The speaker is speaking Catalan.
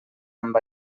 amb